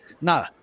no